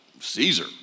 Caesar